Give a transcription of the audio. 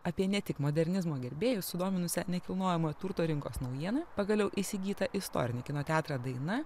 apie ne tik modernizmo gerbėjus sudominusią nekilnojamojo turto rinkos naujieną pagaliau įsigytą istorinį kino teatrą daina